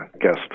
guest